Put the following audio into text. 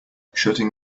shutting